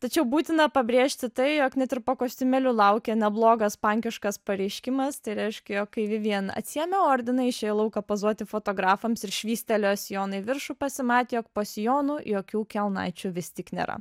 tačiau būtina pabrėžti tai jog net ir po kostiumėliu laukė neblogas pankiškas pareiškimas tai reiškia kai vien atsiėmė ordiną išėjo į lauką pozuoti fotografams ir švystelėjo sijoną į viršų pasimatė jog po sijonu jokių kelnaičių vis tik nėra